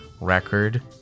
record